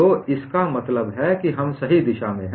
तो इसका मतलब है कि हम सही दिशा में हैं